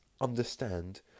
Understand